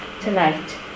tonight